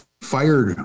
fired